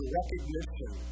recognition